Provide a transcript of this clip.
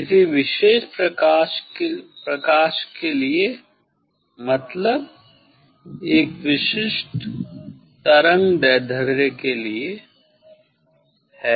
किसी विशेष प्रकाश के लिए मतलब एक विशिष्ट तरंगदैर्ध्य के लिए है